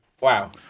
wow